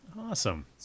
awesome